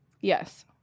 Yes